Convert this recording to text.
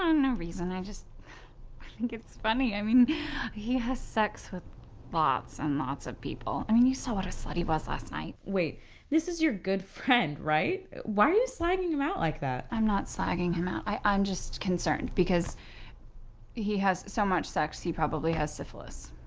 ah no reason i just think it's funny. i mean he has sex with lots and lots of people. i mean you saw what a slut he was last night. wait this is your good friend right? why are you slagging him out like that? i'm not slagging him out. i'm just concerned because he has so much sex he probably has syphilis.